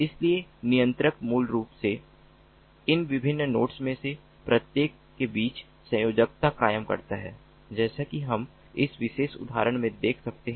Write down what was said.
इसलिए नियंत्रक मूल रूप से इन विभिन्न नोड्स में से प्रत्येक के बीच संयोजकता कायम करता है जैसा कि हम इस विशेष उदाहरण में देख सकते हैं